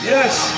Yes